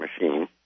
machine